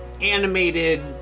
animated